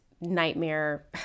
nightmare